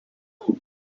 alone